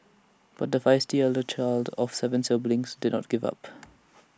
but the feisty elder child of Seven siblings did not give up